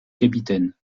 capitaine